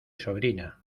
sobrina